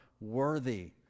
worthy